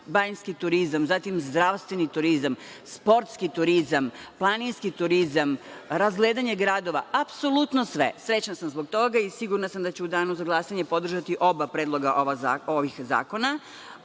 banjski turizam, zatim zdravstveni turizam, sportski turizam, planinski turizam, razgledanje gradova, apsolutno sve. Srećna sam zbog toga i sigurna sam da ću u danu za glasanje podržati oba predloga ovih zakona. Ono